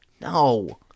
No